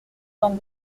temps